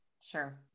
Sure